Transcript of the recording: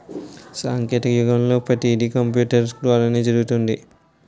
సాంకేతిక యుగంలో పతీది కంపూటరు ద్వారానే జరుగుతుంది